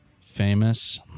famous